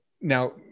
now